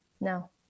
no